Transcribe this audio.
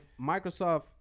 Microsoft